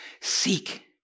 Seek